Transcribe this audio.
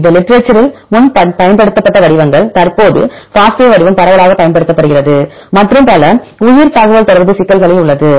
இது லிட்டரேச்சர் இல் முன்னர் பயன்படுத்தப்பட்ட வடிவங்கள் தற்போது FASTA வடிவம் பரவலாகப் பயன்படுத்தப்படுகிறது மற்றும் பல உயிர் தகவல்தொடர்பு சிக்கல்களில் உள்ளது